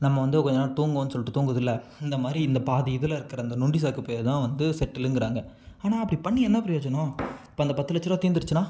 நம்ம வந்து கொஞ்ச நேரம் தூங்குவோம்னு சொல்லிட்டு தூங்குதுல்லே இந்த மாதிரி இந்த பாதி இதில் இருக்கிற இந்த நொண்டி சாக்கு பேர் தான் வந்து செட்டிலுங்கிறாங்க ஆனால் அப்படி பண்ணி என்ன ப்ரோயஜனம் இப்போ அந்த பத்து லட்சரூவா தீர்ந்துருச்சினா